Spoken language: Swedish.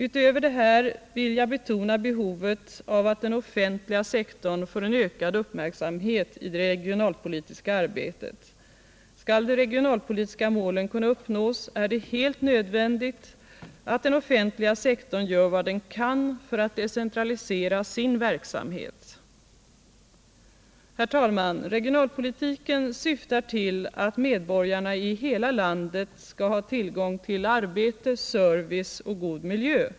Utöver det här vill jag betona behovet av att den offentliga sektorn får en ökad uppmärksamhet i det regionalpolitiska arbetet. Skall de regionalpolitiska målen kunna uppnås, är det helt nödvändigt att den offentliga sektorn gör vad den kan för att decentralisera sin verksamhet. Herr talman! Regionalpolitiken syftar till att medborgarna i hela landet skall ha tillgång till arbete, service och god miljö.